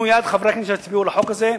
חברי הכנסת שיצביעו בעד החוק הזה,